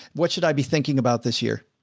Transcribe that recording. what should i be thinking about this year?